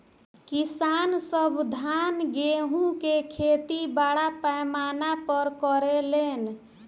किसान सब धान गेहूं के खेती बड़ पैमाना पर करे लेन